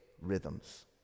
rhythms